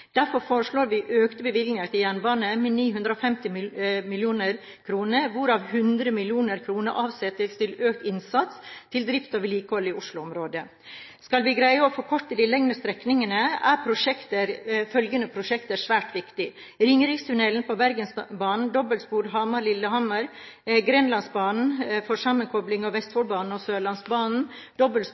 Derfor foreslår vi økte bevilgninger til jernbanen med 950 mill. kr, hvorav 100 mill. kr avsettes til økt innsats til drift og vedlikehold i Oslo-området. Skal vi greie å forkorte de lengre strekningene, er følgende prosjekter svært viktige: Ringerikstunnelen på Bergensbanen dobbeltspor Hamar–Lillehammer Grenlandsbanen for sammenkobling av Vestfoldbanen og Sørlandsbanen